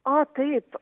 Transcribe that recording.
o taip